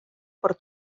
por